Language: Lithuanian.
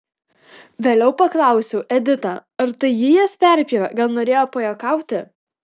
vėliau paklausiau editą ar tai ji jas perpjovė gal norėjo pajuokauti